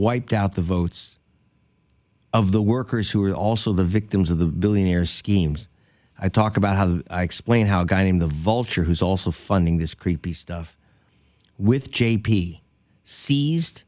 wiped out the votes of the workers who are also the victims of the billionaires schemes i talk about how do i explain how a guy named the vulture who's also funding this creepy stuff with j